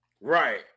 right